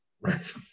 Right